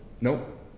Nope